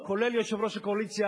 כולל יושב-ראש הקואליציה,